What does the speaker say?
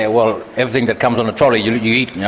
ah well, everything that comes on a trolley you you eat. yeah